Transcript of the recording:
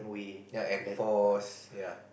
ya enforce ya